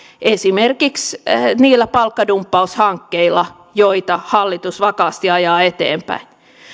esimerkiksi niillä palkkadumppaushankkeilla joita hallitus vakaasti ajaa eteenpäin